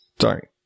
Sorry